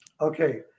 Okay